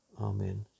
Amen